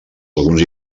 alguns